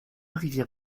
rivières